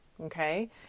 Okay